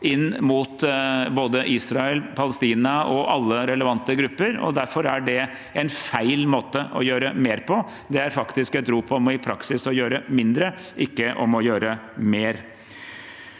inn mot både Israel, Palestina og alle relevante grupper. Derfor er det en feil måte å gjøre mer på. Det er faktisk et rop om i praksis å gjøre mindre, ikke mer.